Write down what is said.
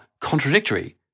contradictory